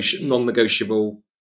non-negotiable